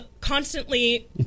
constantly